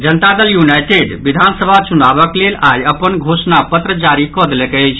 जनता Dal United विधानसभा चुनावक लेल आई अपन घोषणा पत्र जारी कऽ देलक अछि